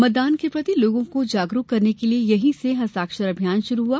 मतदान के प्रति लोगो को जागरूक करने के लिए यही से हस्ताक्षर अभियान शुरू हुआ